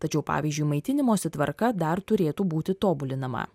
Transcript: tačiau pavyzdžiui maitinimosi tvarka dar turėtų būti tobulinama